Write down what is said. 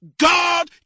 God